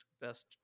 best